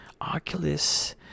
oculus